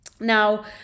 now